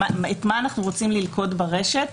מה אנחנו רוצים ללכוד ברשת,